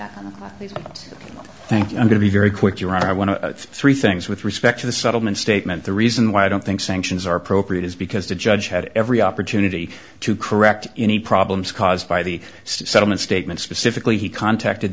think i'm going to be very quick your honor i want a three thing with respect to the settlement statement the reason why i don't think sanctions are appropriate is because the judge had every opportunity to correct any problems caused by the settlement statement specifically he contacted